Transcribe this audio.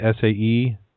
SAE